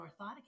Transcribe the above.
orthotic